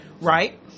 Right